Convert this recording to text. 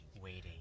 Waiting